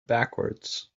backwards